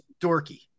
dorky